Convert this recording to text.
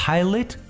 Pilot